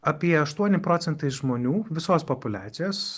apie aštuoni procentai žmonių visos populiacijos